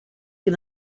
can